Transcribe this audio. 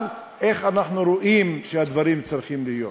איך שאנחנו רואים שהדברים צריכים להיות.